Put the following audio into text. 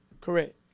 Correct